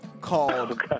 called